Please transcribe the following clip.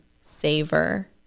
savor